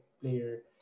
player